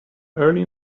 early